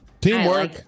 Teamwork